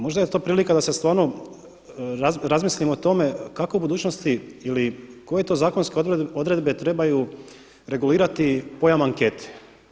Možda je to prilika da se stvarno razmisli o tome kako u budućnosti ili koje to zakonske odredbe trebaju regulirati pojam ankete.